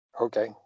Okay